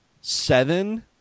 seven